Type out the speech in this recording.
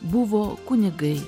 buvo kunigai